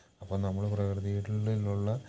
അപ്പം നമ്മൾ പ്രകൃതിയിലുള്ള